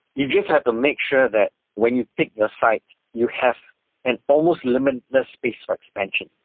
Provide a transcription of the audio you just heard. you just have to make sure that when you pick the site, you have an almost limitless space for expansion.